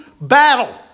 battle